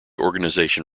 organization